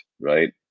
right